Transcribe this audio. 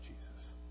jesus